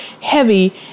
heavy